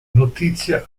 notizia